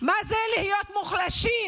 מה זה להיות מוחלשים,